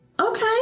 Okay